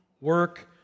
work